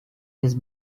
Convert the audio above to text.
his